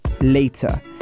later